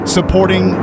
Supporting